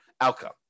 outcome